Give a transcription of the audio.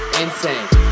insane